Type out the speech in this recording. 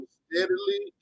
steadily